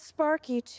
Sparky